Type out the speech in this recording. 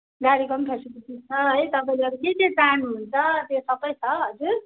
गाडीको पनि फेसिलिटिज छ है तपाईँले अरू के के चहानुहन्छ त्यो सबै छ हजुर